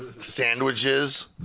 sandwiches